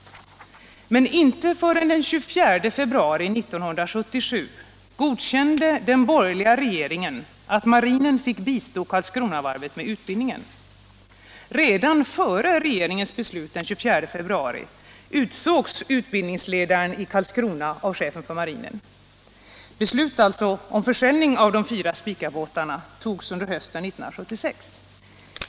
Men inte förrän den 24 februari 1977 godkände den borgerliga regeringen att marinen fick bistå. Karlskronavarvet med utbildningen. Redan före regeringens beslut den 24 februari utsågs utbildningsledaren i Karlskrona av chefen för marinen. Beslut om försäljning av de fyra Spicabåtarna togs under hösten 1976.